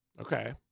Okay